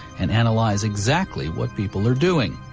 and analyze exactly what people are doing.